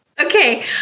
Okay